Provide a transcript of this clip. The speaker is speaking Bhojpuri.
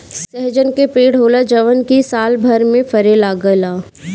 सहजन के पेड़ होला जवन की सालभर में फरे लागेला